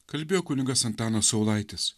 kalbėjo kunigas antanas saulaitis